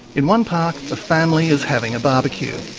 in one park, a family is having a barbecue.